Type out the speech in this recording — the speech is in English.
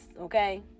okay